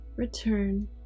return